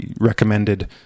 recommended